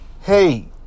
Hey